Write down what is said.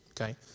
Okay